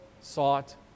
sought